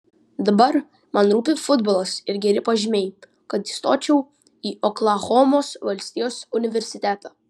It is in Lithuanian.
dabar man rūpi futbolas ir geri pažymiai kad įstočiau į oklahomos valstijos universitetą